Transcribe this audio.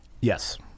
yes